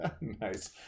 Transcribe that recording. Nice